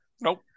Nope